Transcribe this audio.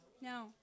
No